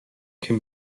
can